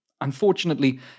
unfortunately